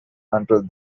until